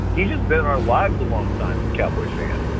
he's just been our lives. the longtime cowboys fan.